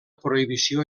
prohibició